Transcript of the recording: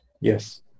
Yes